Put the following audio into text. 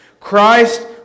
Christ